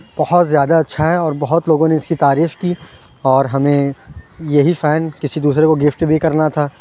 بہت زیادہ اچھا ہے اور بہت لوگوں نے اس کی تعریف کی اور ہمیں یہی فین کسی دوسرے کو گفٹ بھی کرنا تھا